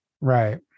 Right